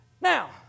Now